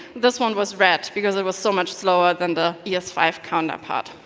this one was red because it was so much slower than the e s five counterpart.